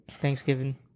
Thanksgiving